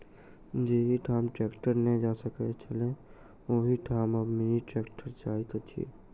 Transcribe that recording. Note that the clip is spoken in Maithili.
जाहि ठाम ट्रेक्टर नै जा सकैत छलै, ओहि ठाम आब मिनी ट्रेक्टर जाइत अछि